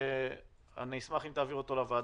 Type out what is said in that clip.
אני אשמח אם תעביר אותו לוועדה,